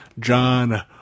John